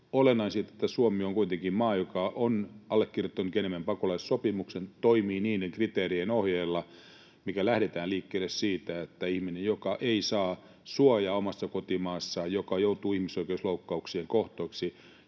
Olennaisinta on, että Suomi on kuitenkin maa, joka on allekirjoittanut Geneven pakolaissopimuksen, toimii niiden kriteerien ohjeilla, joissa lähdetään liikkeelle siitä, että ihminen, joka ei saa suojaa omassa kotimaassaan, joka joutuu ihmisoikeusloukkauksien kohteeksi